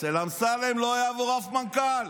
אצל אמסלם לא יעבור אף מנכ"ל.